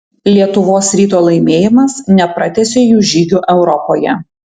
lietuvos ryto laimėjimas nepratęsė jų žygio europoje